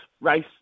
race